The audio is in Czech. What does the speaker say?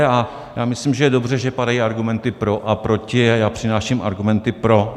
A myslím, že je dobře, že padají argumenty pro a proti, a já přináším argumenty pro.